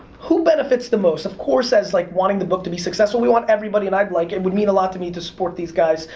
who benefits the most? of course, that's like wanting the book to be successful. we want everybody, and i'd like, it would mean a lot to me to support these guys,